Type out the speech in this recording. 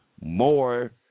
more